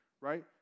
right